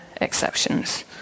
exceptions